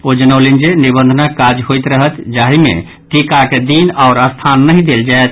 ओ जनौलनि जे निबंधनक काज होइत रहत जाहि मे टीकाक दिन आओर स्थान नहि देल जायत